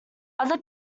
other